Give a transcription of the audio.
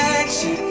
action